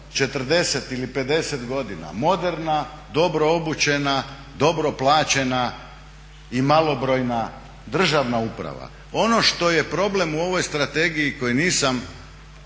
40 ili 50 godina. Moderna, dobro obučena, dobro plaćena i malobrojna državna uprava. Ono što je problem u ovoj strategiji koji nisam